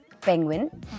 Penguin